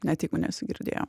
net jeigu nesigirdėjo